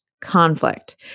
conflict